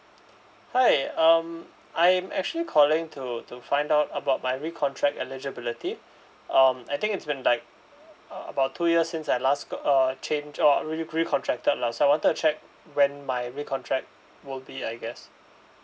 hi um I'm actually calling to to find out about my recontract eligibility um I think it's been like about two years since I last go~ uh changed or re~ recontracted lah so I wanted to check when my recontract would be I guess